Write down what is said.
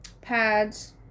pads